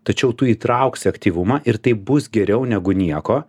tačiau tu įtrauksi aktyvumą ir tai bus geriau negu nieko